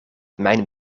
mijn